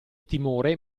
timore